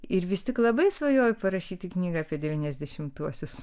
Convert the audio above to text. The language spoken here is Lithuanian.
ir vis tik labai svajoju parašyti knygą apie devyniasdešimtuosius